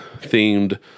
Themed